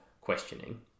questioning